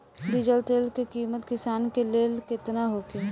Diesel तेल के किमत किसान के लेल केतना होखे?